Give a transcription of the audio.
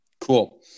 Cool